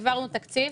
העברנו תקציב